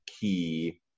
key